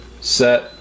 set